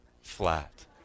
flat